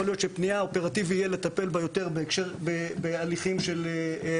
יכול להיות שפנייה אופרטיבי יהיה לטפל בה יותר בהליכים של הנציבות,